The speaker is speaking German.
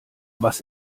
was